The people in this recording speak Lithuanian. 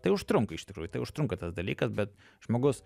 tai užtrunka iš tikrųjų tai užtrunka tas dalykas bet žmogus